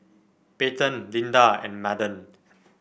Payten Linda and Madden